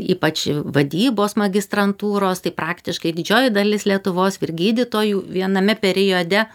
ypač vadybos magistrantūros tai praktiškai didžioji dalis lietuvos ir gydytojų viename periode